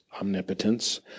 omnipotence